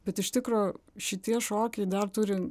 bet iš tikro šitie šokiai dar turi